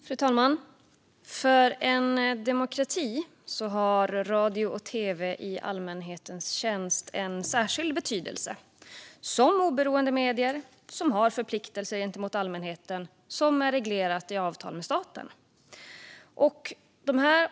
Fru talman! För en demokrati har radio och tv i allmänhetens tjänst en särskild betydelse som oberoende medier med förpliktelser gentemot allmänheten, som i sin tur är reglerade i avtal med staten.